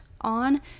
On